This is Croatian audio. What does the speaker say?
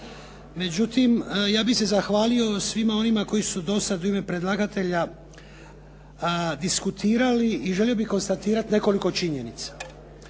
Međutim, ja bih se zahvalio svima onima koji su do sada u ime predlagatelja diskutirali i želio bih konstatirati nekoliko činjenica.